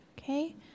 Okay